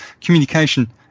communication